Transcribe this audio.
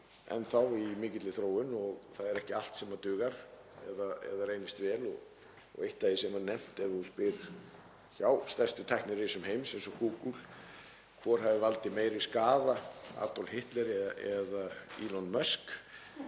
enn þá í mikilli þróun og það er ekki allt sem dugar eða reynist vel. Eitt af því sem var nefnt er að ef þú spyrð stærstu tæknirisa heims eins og Google hvor hafi valdið meiri skaða, Adolf Hitler eða Elon Musk,